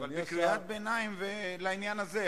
אבל בקריאת ביניים לעניין הזה,